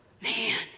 Man